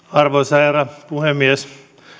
arvoisa herra puhemies